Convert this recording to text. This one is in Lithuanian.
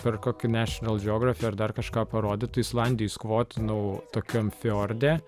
per kokį našional džeografi ar dar kažką parodytų islandijoj skvotinau tokiam fiorde